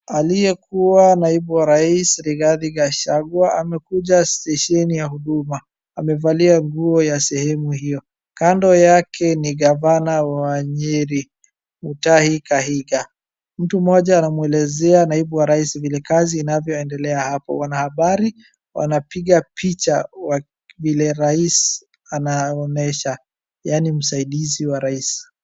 Aliyekuwa naibu wa rais Rigathi Gachagua amekuja stesheni ya huduma. Amevalia nguo ya sehemu hiyo. Kando yake ni gavana wa Nyeri, Mutahi Kahiga. Mtu mmoja anamuelezea naibu wa rais vile kazi inavyoendelea hapo. Wanahabari wanapiga picha vile rais anaonyesha, yaani msaidizi wa rais.